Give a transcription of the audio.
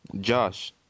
Josh